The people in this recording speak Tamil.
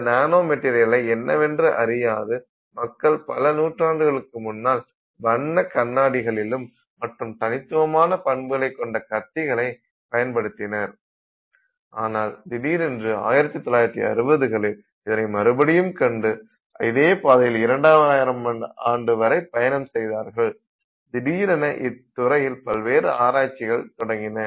இந்த நானோ மெட்டீரியலை என்னவென்று அறியாது மக்கள் பல நூற்றாண்டுகளுக்கு முன்னால் வண்ண கண்ணாடிகளிலும் மற்றும் தனித்துவமான பண்புகளைக் கொண்ட கத்திகளை பயன்படுத்தினர் ஆனால் திடீரென்று 1960 களில் இதனை மறுபடியும் கண்டு இதே பாதையில் 2000 ஆம் ஆண்டு வரை பயணம் செய்தார்கள் திடீரென்று இத்துறையில் பல்வேறு ஆராய்ச்சிகள் தொடங்கின